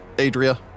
Adria